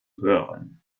hören